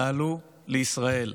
תעלו לישראל.